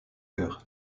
cœur